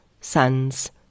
sons